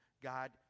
God